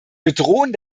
bedrohen